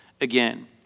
again